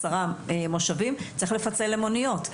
עשרה מושבים צריך לפצל למוניות.